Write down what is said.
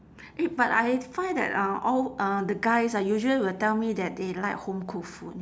eh but I find that uh all uh the guys ah usually will tell me that they like home cooked food